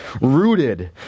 rooted